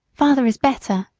father is better,